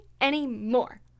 anymore